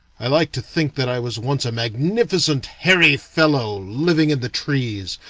i like to think that i was once a magnificent hairy fellow living in the trees,